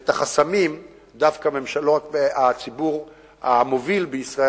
ואת החסמים דווקא הציבור המוביל בישראל,